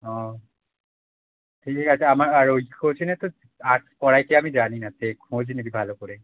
ও ঠিক আছে আমার আর ওই কোচিনে তো আর্টস পড়ায় কি আমি জানি না সে খোঁজ নিবি ভালো করে